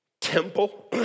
temple